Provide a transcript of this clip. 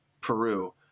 peru